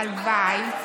הלוואי.